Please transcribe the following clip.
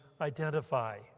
identify